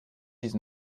dix